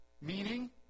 meaning